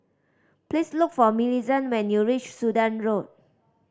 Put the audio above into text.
please look for Millicent when you reach Sudan Road